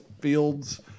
fields